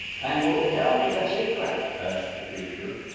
can you tell me the secret? asked the creature.